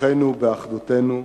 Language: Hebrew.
כוחנו באחדותנו.